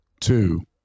two